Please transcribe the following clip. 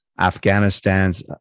afghanistan's